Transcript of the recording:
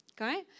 Okay